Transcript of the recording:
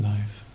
Life